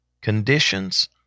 conditions